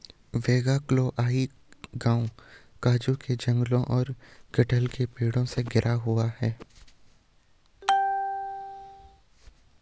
वेगाक्कोलाई गांव काजू के जंगलों और कटहल के पेड़ों से घिरा हुआ है